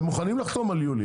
הם מוכנים לחתום על יולי,